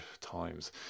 times